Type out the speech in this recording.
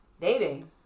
dating